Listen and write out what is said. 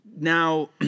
now